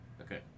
Okay